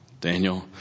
Daniel